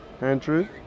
Andrew